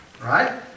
right